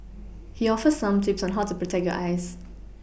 he offers some tips on how to protect your eyes